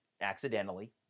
accidentally